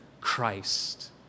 Christ